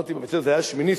שמיניסטים,